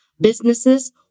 businesses